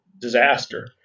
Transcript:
disaster